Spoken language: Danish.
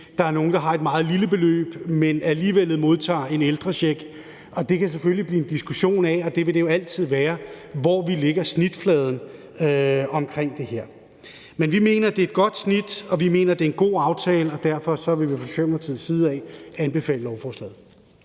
Der er nogle, der har et meget lille beløb, men alligevel modtager en ældrecheck, og der kan selvfølgelig blive diskussion om – og det vil der jo altid være – hvor vi lægger snitfladen her. Men vi mener, det er et godt snit, og vi mener, det er en god aftale, så derfor kan vi fra Socialdemokratiets side anbefale lovforslaget.